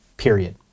period